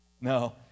No